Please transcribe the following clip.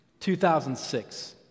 2006